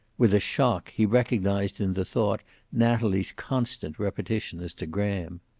with a shock, he recognized in the thought natalie's constant repetition as to graham.